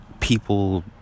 People